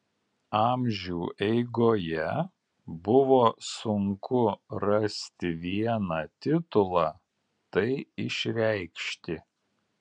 amžių eigoje buvo sunku rasti vieną titulą tai išreikšti